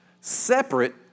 separate